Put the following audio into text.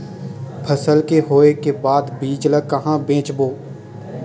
फसल के होय के बाद बीज ला कहां बेचबो?